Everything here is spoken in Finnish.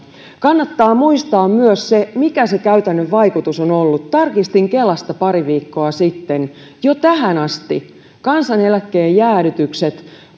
kannattaa muistaa myös se mikä se käytännön vaikutus on ollut tarkistin kelasta pari viikkoa sitten jo tähän asti kansaneläkkeen jäädytykset